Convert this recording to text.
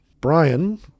Brian